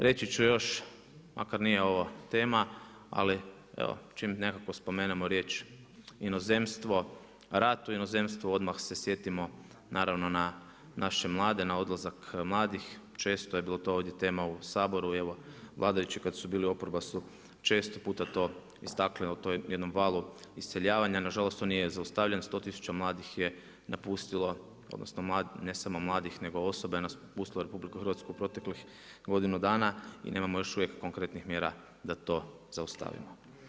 Reći ću još, makar nije ovo tema, ali, evo čim nekako spomenemo riječ inozemstvo, rad u inozemstvu, odmah se sjetimo, naravno na naše mlade, na odlazak mladih, često je bilo to ovdje tema u Saboru i evo vladajući kada su bili oporba su često puta to istakli o tom jednom valom iseljavanja, nažalost to nije zaustavljen 100 tisuća mladih je napustila, odnosno ne samo mladih nego osobe je napustili RH, u proteklih 1 godinu i nemamo još uvijek konkretnih mjera da to zaustavimo.